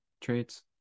traits